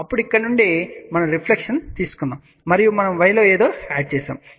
అప్పుడు ఇక్కడ నుండి మనం రిఫ్లెక్షన్ తీసుకున్నాము మరియు మనం y లో ఏదో యాడ్ చేస్తున్నాము